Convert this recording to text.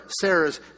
Sarah's